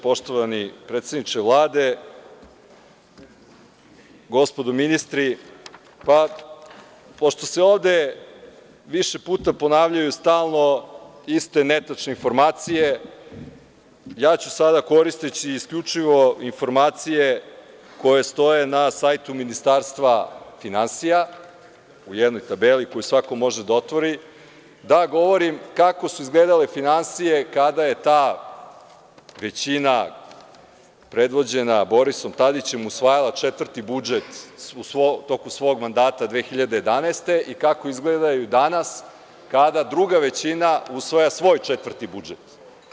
Poštovani predsedniče Vlade, gospodo ministri, pošto se ovde više puta ponavljaju stalno iste netačne informacije, ja ću sada, koristeći isključivo informacije koje stoje na sajtu Ministarstva finansija, u jednoj tabeli koju svako može da otvori, da govorim kako su izgledale finansije kada je ta većina predvođena Borisom Tadićem usvajala četvrti budžet u toku svog mandata 2011. godine i kako izgledaju danas kada druga većina usvaja svoj četvrti budžet.